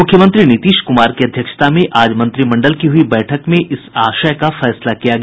मुख्यमंत्री नीतीश कुमार की अध्यक्षता में आज मंत्रिमंडल की हुई बैठक में इस आशय का फैसला किया गया